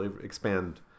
expand